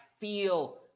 feel